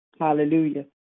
Hallelujah